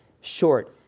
short